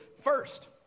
first